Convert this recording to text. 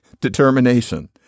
determination